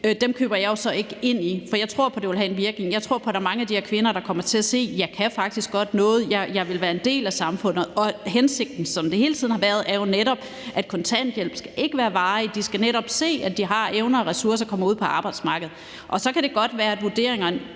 vil have nogen virkning, køber jeg jo så ikke ind i, for jeg tror på, at det vil have en virkning. Jeg tror på, at der er mange af de her kvinder, der kommer til at se, at de faktisk godt kan noget, og at de vil være en del af samfundet. Og hensigten er jo netop, som den hele tiden har været, at kontanthjælpen ikke skal være varig. De skal kunne se, at de har evner og ressourcer, så de kommer ud på arbejdsmarkedet. Så kan det godt være, at de vurderinger,